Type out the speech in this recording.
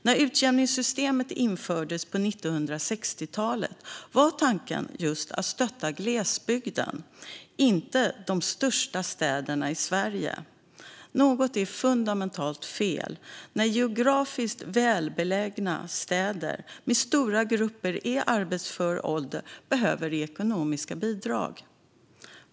När utjämningssystemet infördes på 1960-talet var tanken just att stötta glesbygden, inte de största städerna i Sverige. Något är fundamentalt fel när geografiskt välbelägna städer med stora grupper i arbetsför ålder behöver ekonomiska bidrag.